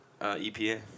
EPA